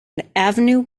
avenue